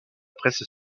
presse